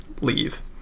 leave